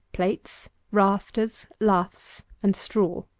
plates, rafters, laths, and straw.